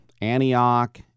Antioch